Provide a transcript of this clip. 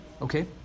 Okay